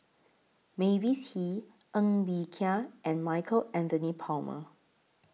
Mavis Hee Ng Bee Kia and Michael Anthony Palmer